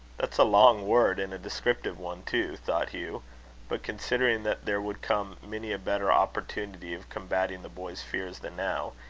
that's a long word, and a descriptive one too, thought hugh hugh but, considering that there would come many a better opportunity of combating the boy's fears than now,